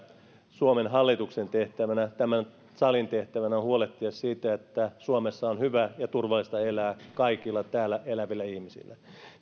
suomen hallituksen tehtävänä tämän salin tehtävänä on huolehtia siitä että suomessa on hyvä ja turvallista elää kaikilla täällä elävillä ihmisillä